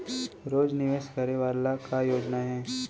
रोज निवेश करे वाला का योजना हे?